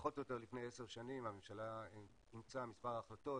פחות או יותר לפני עשר שנים הממשלה אימצה מספר החלטות